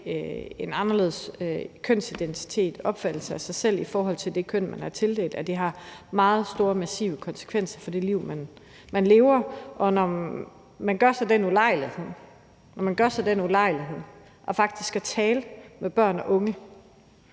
en anderledes kønsidentitet og opfattelse af sig selv i forhold til det køn, man er tildelt, har meget store og massive konsekvenser for det liv, man lever. Når man gør sig den ulejlighed faktisk at tale med børn og unge,